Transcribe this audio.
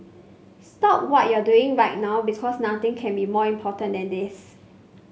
stop what you're doing right now because nothing can be more important than this